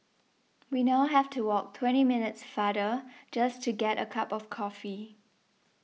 we now have to walk twenty minutes farther just to get a cup of coffee